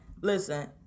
listen